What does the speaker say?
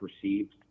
perceived